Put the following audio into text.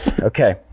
Okay